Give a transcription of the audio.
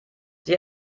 sie